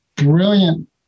Brilliant